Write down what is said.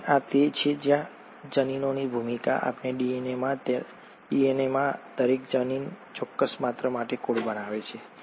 અને આ તે છે જ્યાં જનીનોની ભૂમિકા આપણા ડીએનએમાં દરેક જનીન ચોક્કસ પાત્ર માટે કોડ બનાવે છે